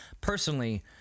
personally